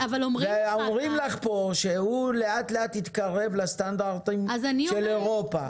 אומרים לך פה שהוא לאט-לאט התקרב לסטנדרטים של אירופה.